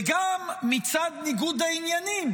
וגם מצד ניגוד העניינים